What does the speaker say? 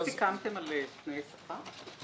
לא סיכמתם על תנאי שכר?